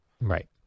Right